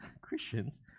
Christians